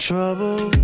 Trouble